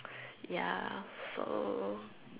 ya so